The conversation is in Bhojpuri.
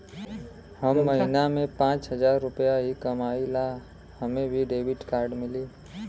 हम महीना में पाँच हजार रुपया ही कमाई ला हमे भी डेबिट कार्ड मिली?